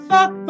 Fuck